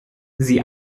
sie